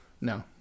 no